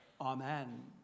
Amen